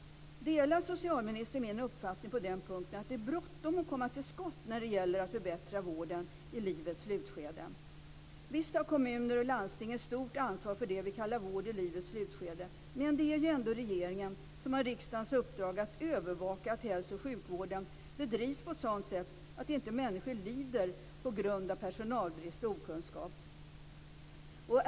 Delar socialministern min uppfattning på den punkten, att det är bråttom att komma till skott när det gäller att förbättra vården i livets slutskede? Visst har kommuner och landsting ett stort ansvar för det vi kallar vård i livets slutskede, men det är ändå regeringen som har riksdagens uppdrag att övervaka att hälso och sjukvården bedrivs på ett sådant sätt att människor inte lider på grund av personalbrist och okunskap.